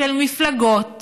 של מפלגות